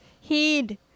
Heed